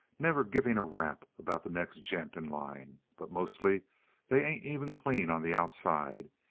never giving a rap about the next gent in line. but mostly they ain't even clean on the outside,